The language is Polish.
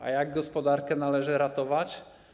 A jak gospodarkę należy ratować?